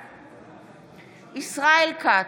בעד ישראל כץ,